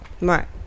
Right